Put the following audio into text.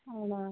ആണോ